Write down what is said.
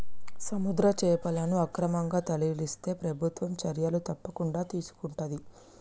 సముద్ర చేపలను అక్రమంగా తరలిస్తే ప్రభుత్వం చర్యలు తప్పకుండా తీసుకొంటది